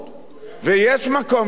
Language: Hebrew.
ויש מקום לשרת.